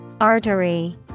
artery